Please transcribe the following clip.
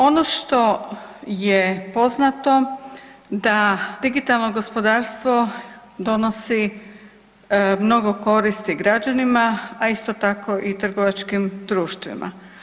Ono što je poznato, da digitalno gospodarstvo donosi mnogo koristi građanima a isto tako i trgovačkim društvima.